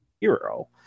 hero